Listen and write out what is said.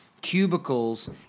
cubicles